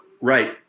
right